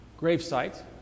gravesite